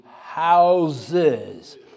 houses